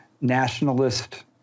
nationalist